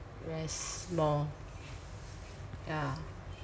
rest lor yeah